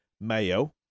mayo